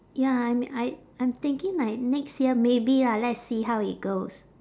ya I'm I I'm thinking like next year maybe lah let's see how it goes